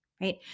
right